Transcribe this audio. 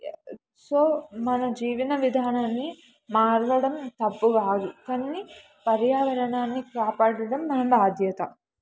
so మన జీవన విధానాన్ని మారడం తప్పు కాదు కానీ పర్యావరణాన్ని కాపాడడం మనం బాధ్యత